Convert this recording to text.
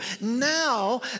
now